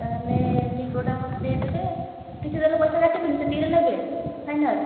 ତା'ହେଲେ ଭିବୋଟା ମୋତେ ଦେଇ ଦେବେ ଆଉ ଟିକେ ତା'ହେଲେ ପଇସା କାଟିବେନି ସେତିକିରେ ନେବେ ଫାଇନାଲ୍